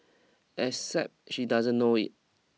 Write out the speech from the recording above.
except she doesn't know it